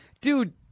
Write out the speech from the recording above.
dude